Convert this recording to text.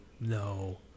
No